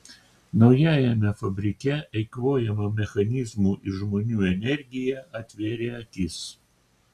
naujajame fabrike eikvojama mechanizmų ir žmonių energija atvėrė akis